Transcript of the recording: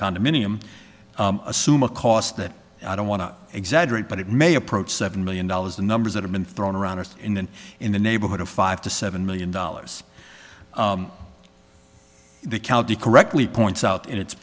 condominium assume a cost that i don't want to exaggerate but it may approach seven million dollars the numbers that have been thrown around in in the neighborhood of five to seven million dollars the county correctly points out in it